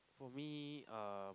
for me uh